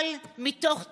אבל מתוך תקווה,